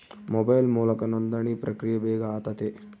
mobile ಮೂಲಕ ನೋಂದಣಿ ಪ್ರಕ್ರಿಯೆ ಬೇಗ ಆತತೆ